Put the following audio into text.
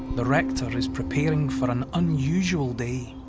the rector is preparing for an unusual day.